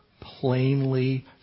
plainly